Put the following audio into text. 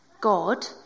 God